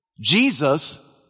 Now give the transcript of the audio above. Jesus